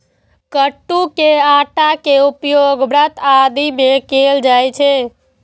कट्टू के आटा के उपयोग व्रत आदि मे कैल जाइ छै